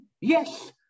yes